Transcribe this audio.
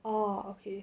oh okay